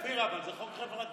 אופיר, אבל זה חוק חברתי.